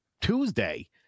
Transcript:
Tuesday